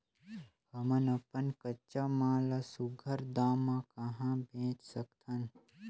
हमन अपन कच्चा माल ल सुघ्घर दाम म कहा बेच सकथन?